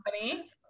company